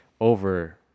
Over